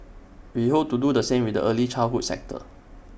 we hope to do the same with the early childhood sector